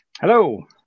Hello